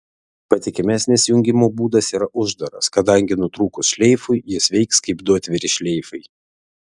patikimesnis jungimo būdas yra uždaras kadangi nutrūkus šleifui jis veiks kaip du atviri šleifai